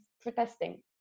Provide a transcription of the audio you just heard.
protesting